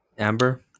Amber